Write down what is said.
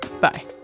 Bye